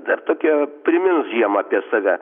dar tokia primins žiema apie save